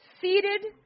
seated